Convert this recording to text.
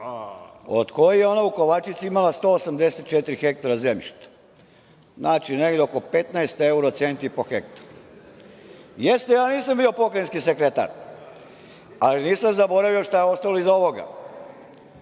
od kojih je ona u Kovačici imala 184 hektara zemljišta. Znači, negde oko 15 eura centi po hektaru. Jeste da ja nisam bio Pokrajinski sekretar, ali nisam zaboravio šta je ostalo iza ovoga,